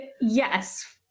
yes